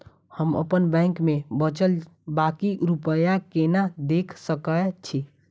हम अप्पन बैंक मे बचल बाकी रुपया केना देख सकय छी?